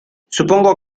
supongo